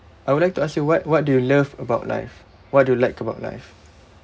I would like to ask you what what do you love about life what do you like about life